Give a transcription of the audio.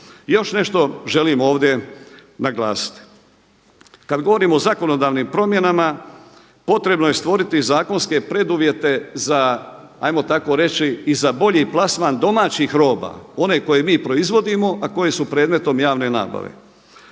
još nešto želim ovdje naglasiti. Kad govorim o zakonodavni promjenama potrebno je stvoriti zakonske preduvjete za hajmo tako reći i za bolji plasman domaćih roba one koje mi proizvodimo, a koje su predmetom javne nabave.